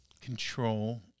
control –